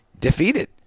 defeated